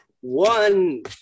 one